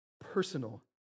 personal